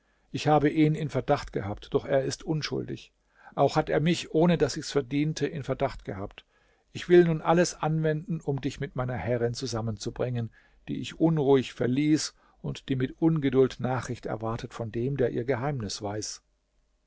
ich habe ihn in verdacht gehabt doch er ist unschuldig auch hat er mich ohne daß ich's verdiente in verdacht gehabt ich will nun alles anwenden um dich mit meiner herrin zusammenzubringen die ich unruhig verließ und die mit ungeduld nachricht erwartet von dem der ihr geheimnis weiß